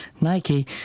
Nike